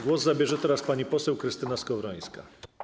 Głos zabierze pani poseł Krystyna Skowrońska.